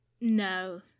No